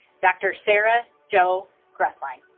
dr. sara jo grethlein